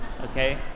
okay